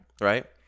Right